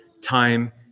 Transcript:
time